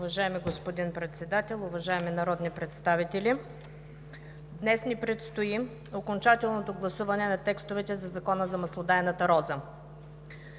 Уважаеми господин Председател, уважаеми народни представители! Днес ни предстои окончателното гласуване на текстовете за Закона за маслодайната роза.